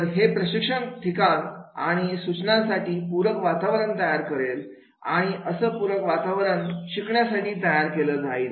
तर हे प्रशिक्षण ठिकाण आणि सूचनांसाठी पूरक वातावरण तयार करेल आणि असं पूरक वातावरण शिकण्यासाठी तयार केले जाईल